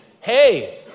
Hey